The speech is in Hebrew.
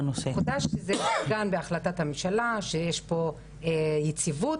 זה עוגן בהחלטת הממשלה שיש פה יציבות